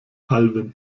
alwin